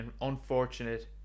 unfortunate